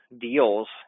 deals